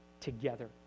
together